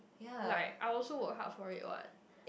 like I also worked hard for it what